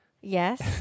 yes